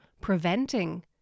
preventing